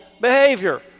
behavior